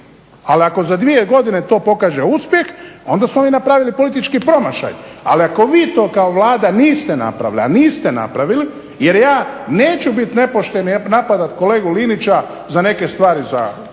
Ali ako za dvije godine to pokaže uspjeh onda su oni napravili politički promašaj. Ali ako vi to kao Vlada niste napravili, a niste napravili jer ja neću bit nepošten i napadat kolegu Linića za neke stvari za